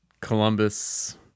Columbus